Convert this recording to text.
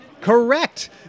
correct